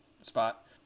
spot